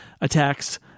attacks